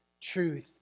truth